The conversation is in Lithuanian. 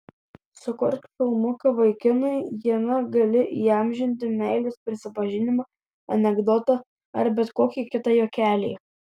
sukurk filmuką vaikinui jame gali įamžinti meilės prisipažinimą anekdotą ar bet kokį kitą juokelį